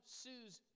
sues